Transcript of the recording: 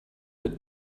mit